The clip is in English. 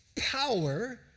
power